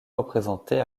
représenté